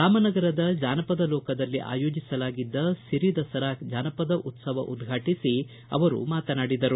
ರಾಮನಗರದ ಜಾನಪದ ಲೋಕದಲ್ಲಿ ಆಯೋಜಿಸಲಾಗಿದ್ದ ಸಿರಿ ದಸರಾ ಜಾನಪದ ಉತ್ಸವ ಉದ್ಘಾಟಿಸಿ ಅವರು ಮಾತನಾಡಿದರು